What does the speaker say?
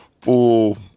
Full